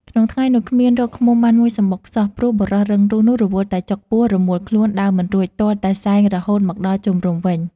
ក្នុងថ្ងៃនោះ គ្មានរកឃ្មុំបានមួយសំបុកសោះ ព្រោះបុរសរឹងរូសនោះរវល់តែចុកពោះរមូលខ្លួន ដើរមិនរួច ទាល់តែសែងរហូតមកដល់ជំរំវិញ។